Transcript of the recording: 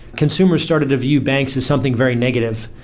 consumers started to view banks as something very negative.